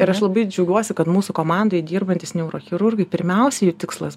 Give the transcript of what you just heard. ir aš labai džiaugiuosi kad mūsų komandoj dirbantys neurochirurgai pirmiausia jų tikslas